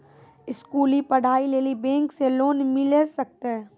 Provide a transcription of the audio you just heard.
स्कूली पढ़ाई लेली बैंक से लोन मिले सकते?